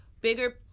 bigger